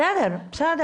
בסדר.